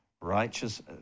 righteous